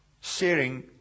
sharing